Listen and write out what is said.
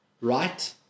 right